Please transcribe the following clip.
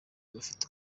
abafite